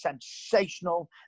sensational